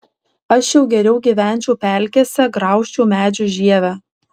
aš jau geriau gyvenčiau pelkėse graužčiau medžių žievę